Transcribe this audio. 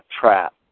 trap